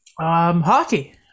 Hockey